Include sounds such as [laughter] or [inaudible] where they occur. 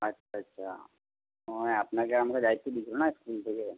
আচ্ছা আচ্ছা [unintelligible] আপনাকে আর আমাকে দায়িত্ব দিয়েছিলো না স্কুল থেকে